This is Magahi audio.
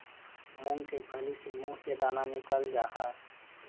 मूंग के फली से मुंह के दाना निकालल जा हई